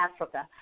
Africa